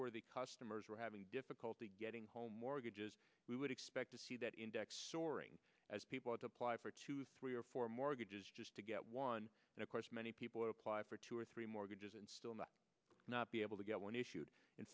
worthy customers were having different getting home mortgages we would expect to see that index soaring as people apply for two three or four mortgages just to get one and of course many people apply for two or three mortgages and still not be able to get one issued in